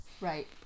Right